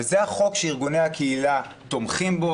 וזה החוק שארגוני הקהילה תומכים בו